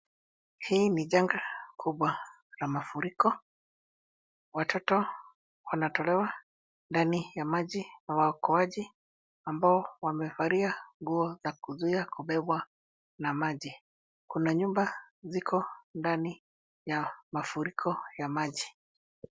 Hii ni janga kubwa la mafuriko, watoto wantolewa ndani ya maji na waokoaji ambao wamevalia nguo za kuzuia kubebwa na maji, kuna nyumba ziko ndani ya mafuriko ya maji.